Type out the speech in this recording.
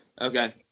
Okay